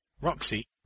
Roxy